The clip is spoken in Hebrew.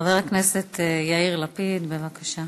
חבר הכנסת יאיר לפיד, בבקשה.